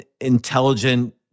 intelligent